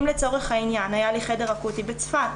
אם לצורך העניין היה לי חדר אקוטי בצפת